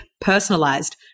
personalized